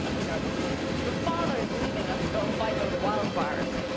dad, what's going on? your father is leaving us to go and fight those wildfires.